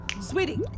Sweetie